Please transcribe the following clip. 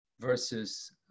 versus